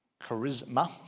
Charisma